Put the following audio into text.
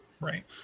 Right